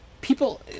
People